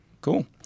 Cool